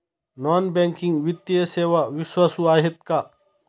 Non banking वित्तीय सेवा विश्वासू आहेत का?